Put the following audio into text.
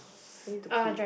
I need to pee